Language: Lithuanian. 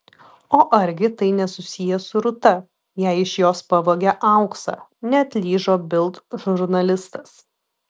o argi tai nesusiję su rūta jei iš jos pavogė auksą neatlyžo bild žurnalistas